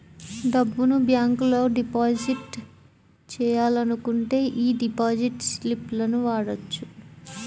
డబ్బును బ్యేంకులో డిపాజిట్ చెయ్యాలనుకుంటే యీ డిపాజిట్ స్లిపులను వాడొచ్చు